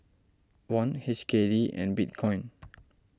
Won H K D and Bitcoin